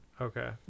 okay